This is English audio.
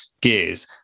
gears